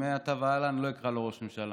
ומעתה והלאה אני לא אקרא לו "ראש הממשלה",